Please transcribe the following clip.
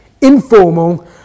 informal